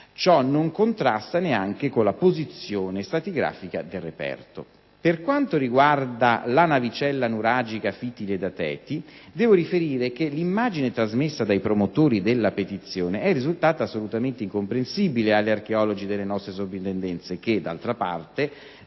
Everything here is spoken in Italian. ciò non contrasta neanche con la posizione stratigrafica del reperto. Per quanto riguarda la Navicella nuragica fìttile da Teti, devo riferire che l'immagine trasmessa dai promotori della petizione è risultata assolutamente incomprensibile agli archeologi delle nostre Soprintendenze che, d'altra parte,